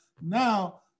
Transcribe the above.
Now